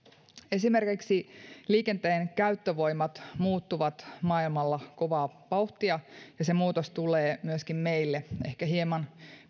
esimerkiksi liikenteen käyttövoimat muuttuvat maailmalla kovaa vauhtia ja se muutos tulee myöskin meille ehkä hieman